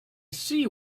see